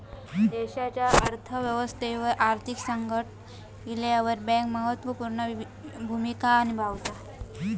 देशाच्या अर्थ व्यवस्थेवर आर्थिक संकट इल्यावर बँक महत्त्व पूर्ण भूमिका निभावता